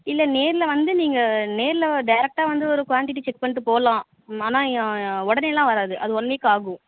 இல்லை நேரில் வந்து நீங்கள் நேரில் டேரெக்டாக வந்து ஒரு குவான்டிட்டி செக் பண்ணிட்டு போகலாம் ஆனால் உடனேலாம் வராது அது ஒன் வீக் ஆகும்